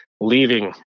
leaving